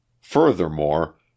Furthermore